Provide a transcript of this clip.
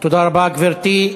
תודה רבה, גברתי.